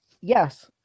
yes